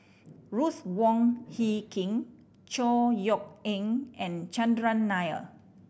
Ruth Wong Hie King Chor Yeok Eng and Chandran Nair